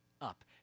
up